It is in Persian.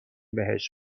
بهش